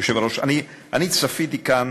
היושב-ראש, אני צפיתי כאן